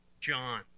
John